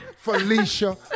Felicia